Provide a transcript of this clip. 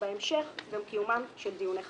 ובהמשך גם קיומם של דיוני חסינות.